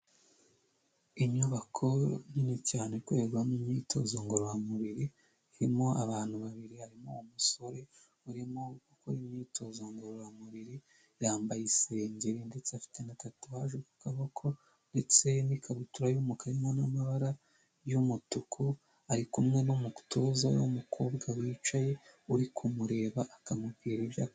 Inyubako nini cyane ikorerwamo imyitozo ngororamubiri, irimo abantu babiri. Harimo musore urimo gukora imyitozo ngororamubiri yambaye isengeri, ndetse afite na tatuwaje ku kaboko ndetse n’ikabutura y’umukara irimo n’ amabara y’ umutuku. Ari kumwe n’umutoza we w’umukobwa wicaye uri kumureba, akamubwira ibya.